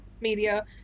media